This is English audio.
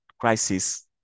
crisis